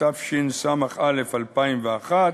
התשס"א 2001,